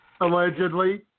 Allegedly